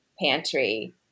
pantry